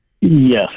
Yes